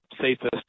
safest